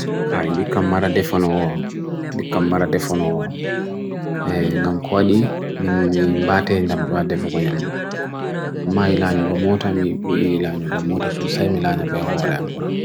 kai di kam mara defo no awam, di kam mara defo no awam e ngam kwadi, mi imbate hendam jwa defo kwenyamdu amma ilan yugo motor, mi iilan yugo motor, so semilana be hoorayam buran